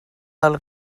del